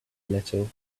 little